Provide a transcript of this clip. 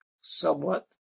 somewhat